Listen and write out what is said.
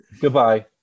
Goodbye